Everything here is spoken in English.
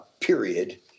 period